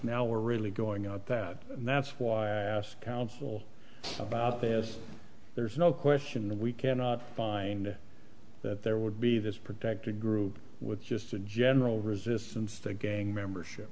now we're really going out that that's why i asked counsel about this there's no question that we cannot find that there would be this protected group with just a general resistance the gang membership